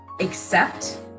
accept